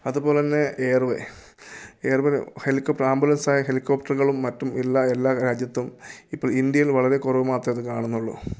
അതുപോലെ തന്നെ air way air way helicopter ആംബുലൻസായ ഹെലികോപ്റ്ററുകളും മറ്റും എല്ലാ എല്ലാ രാജ്യത്തും ഇപ്പോൾ ഇന്ത്യയിൽ വളരെ കുറവ് മാത്രമേ ഇത് കാണുന്നുള്ളു